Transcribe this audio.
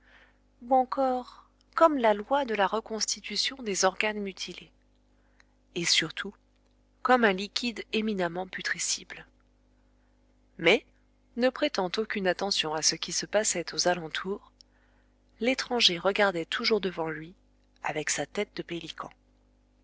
ou encore comme la loi de la reconstitution des organes mutilés et surtout comme un liquide éminemment putrescible mais ne prêtant aucune attention à ce qui se passait aux alentours l'étranger regardait toujours devant lui avec sa tête de pélican